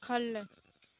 ख'ल्ल